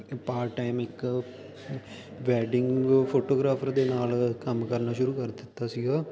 part time ਇੱਕ wedding photographer ਦੇ ਨਾਲ ਕੰਮ ਕਰਨਾ ਸ਼ੁਰੂ ਕਰ ਦਿੱਤਾ ਸੀਗਾ